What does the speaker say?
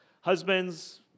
Husbands